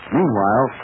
Meanwhile